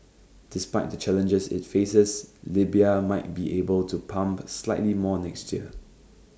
despite the challenges IT faces Libya might be able to pump slightly more next year